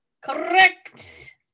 Correct